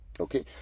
okay